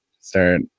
start